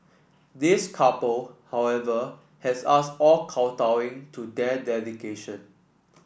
this couple however has us all kowtowing to their dedication